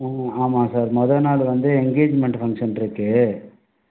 ஆமாம் சார் மொத நாள் வந்து என்கேஜ்மென்ட் ஃபங்க்ஷன் இருக்குது